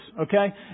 Okay